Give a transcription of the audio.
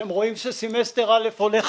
כשהם רואים שסימסטר א' הולך